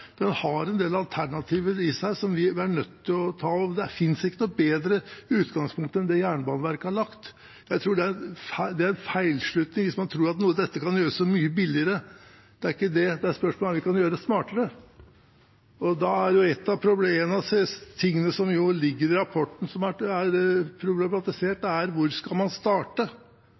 den utredningen som foreligger, har en del alternativer i seg som vi er nødt til å ta opp. Det finnes ikke noe bedre utgangspunkt enn det Jernbaneverket har lagt. Jeg tror det er en feilslutning hvis man tror at dette kan gjøres så mye billigere. Det går ikke, det. Spørsmålet er om vi kan gjøre det smartere. Da er et av problemene som ligger i rapporten, og som er problematisert, hvor man skal starte. Man ser jo at konfliktnivået rundt det å bygge fra Narvik til Fauske er